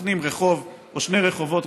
מחנים במרחק רחוב או שני רחובות,